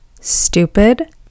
Stupid